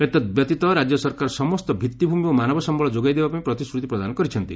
ଏତଦ୍ ବ୍ୟତୀତ ରାଜ୍ୟ ସରକାର ସମସ୍ତ ଭିଉିଭ୍ରମି ଓ ମାନବ ସମ୍ୟଳ ଯୋଗାଇ ଦେବାପାଇଁ ପ୍ରତିଶ୍ରତି ପ୍ରଦାନ କରିଛନ୍ତି